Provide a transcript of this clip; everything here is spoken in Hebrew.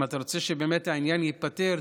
אם אתה רוצה שבאמת העניין ייפתר,